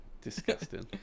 Disgusting